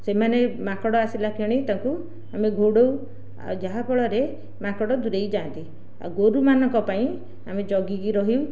ସେମାନେ ମାଙ୍କଡ଼ ଆସିଲାକ୍ଷଣି ତାକୁ ଆମେ ଘଡ଼ାଉ ଆଉ ଯାହାଫଳରେ ମାଙ୍କଡ଼ ଦୂରାଇ ଯାଆନ୍ତି ଆଉ ଗୋରୁମାନଙ୍କ ପାଇଁ ଆମେ ଜଗିକି ରହି